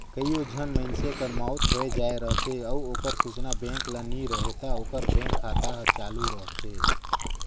कइयो झन मइनसे कर मउत होए जाए रहथे अउ ओकर सूचना बेंक ल नी रहें ता ओकर बेंक खाता हर चालू रहथे